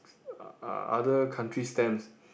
uh other country's stamp